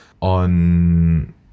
on